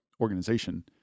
organization